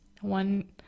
One